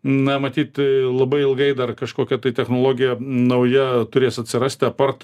na matyt e labai ilgai dar kažkokia tai technologija nauja turės atsirasti apart